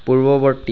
পূৰ্ৱবৰ্তী